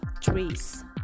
trees